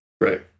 Right